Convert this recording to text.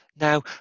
Now